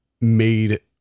made